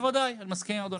בוודאי, אני מסכים עם אדוני.